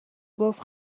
گفت